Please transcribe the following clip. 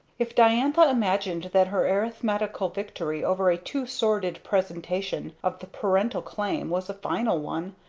if diantha imagined that her arithmetical victory over a too-sordid presentation of the parental claim was a final one,